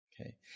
Okay